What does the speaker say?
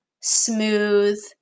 smooth